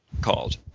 called